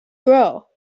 grow